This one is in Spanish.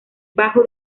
bajo